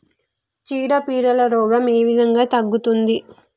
చీడ పీడల రోగం ఏ విధంగా తగ్గుద్ది?